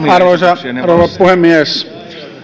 arvoisa rouva puhemies